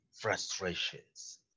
frustrations